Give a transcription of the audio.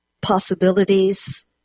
possibilities